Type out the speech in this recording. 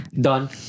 Done